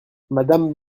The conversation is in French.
madame